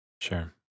Sure